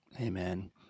Amen